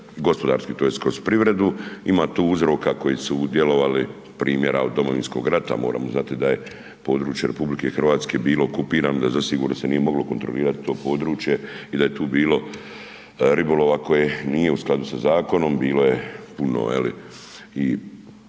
gospodarski, tj. kroz privredu, ima tu uzroka koji su djelovali primjera od Domovinskog rata, moramo znati da je područje RH bilo okupirano, da zasigurno se nije moglo kontrolirati to područje i da je tu bilo ribolova koji nije u skladu sa zakonom, bilo je puno i